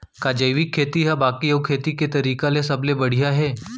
का जैविक खेती हा बाकी अऊ खेती के तरीका ले सबले बढ़िया हे?